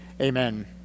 Amen